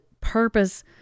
purpose